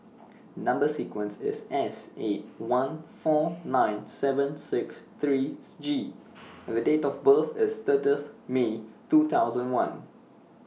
Number sequence IS S eight one four nine seven six three G and The Date of birth IS thirtieth May two thousand one